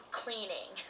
cleaning